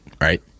Right